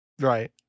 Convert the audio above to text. Right